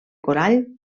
corall